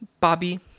Bobby